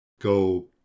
go